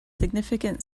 significant